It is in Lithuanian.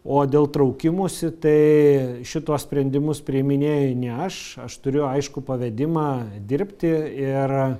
o dėl traukimosi tai šituos sprendimus priiminėju ne aš aš turiu aiškų pavedimą dirbti ir